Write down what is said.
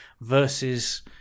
versus